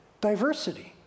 diversity